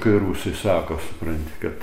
kai rusai sako supranti kad